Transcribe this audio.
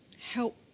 Help